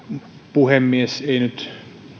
puhemies ei nyt